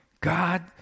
god